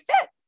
fit